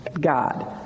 god